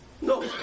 no